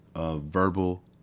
verbal